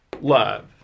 love